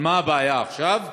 אבל מה הבעיה עכשיו?